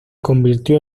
convirtió